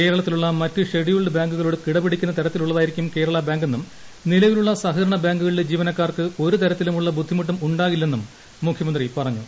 കേരളത്തിലുള്ള മറ്റ് ഷെഡ്യൂൾസ് ബാങ്കുകളോട് കിടപിടിക്കുന്ന തരത്തിലുള്ളതായിരിക്കും കേരള ബാങ്കെന്നും നിലവിലുള്ള സഹകരണ ബാങ്കുകളിലെ ജീവനക്കാർക്ക് ഒരുതരത്തിലുമുള്ള ബുദ്ധിമുട്ടും ഉണ്ടാകില്ലെന്നും മുഖ്യമന്ത്രി പറഞ്ഞു